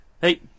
Hey